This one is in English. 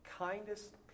kindest